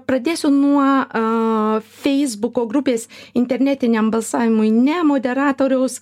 pradėsiu nuo a feisbuko grupės internetiniam balsavimui ne moderatoriaus